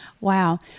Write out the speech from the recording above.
Wow